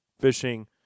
fishing